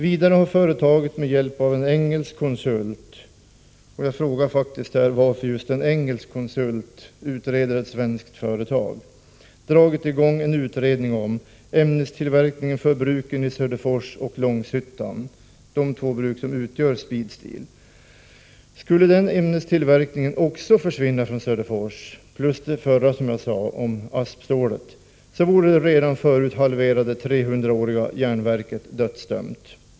Vidare har företaget med hjälp av en engelsk konsult — jag frågar mig varför en engelsk konsult utreder ett svenskt företag — dragit i gång en utredning om ämnestillverkningen för bruken i Söderfors och Långshyttan, de två bruk som utgör Speedsteel. Skulle den ämnestillverkningen försvinna från Söderfors — utöver att ASP-exporten förlorades — vore det redan förut halverade 300-åriga järnverket dödsdömt.